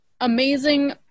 amazing